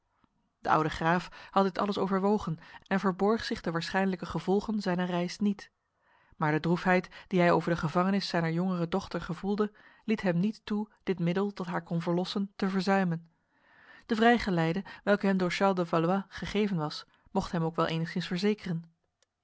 de oude graaf had dit alles overwogen en verborg zich de waarschijnlijke gevolgen zijner reis niet maar de droefheid die hij over de gevangenis zijner jongere dochter gevoelde liet hem niet toe dit middel dat haar kon verlossen te verzuimen de vrijgeleide welke hem door charles de valois gegeven was mocht hem ook wel enigszins verzekeren